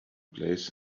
place